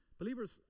Believers